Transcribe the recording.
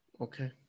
Okay